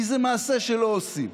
כי זה מעשה שלא עושים.